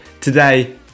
Today